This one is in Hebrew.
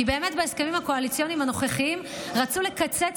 כי באמת בהסכמים הקואליציוניים הנוכחיים רצו לקצץ